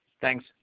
Thanks